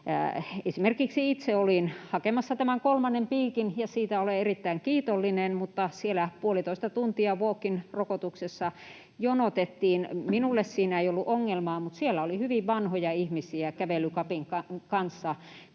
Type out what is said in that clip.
Esimerkiksi itse olin hakemassa tämän kolmannen piikin, ja siitä olen erittäin kiitollinen, mutta puolitoista tuntia siellä walk in ‑rokotuksessa jonotettiin. Minulle siinä ei ollut ongelmaa, mutta siellä oli hyvin vanhoja ihmisiä kävelykepin kanssa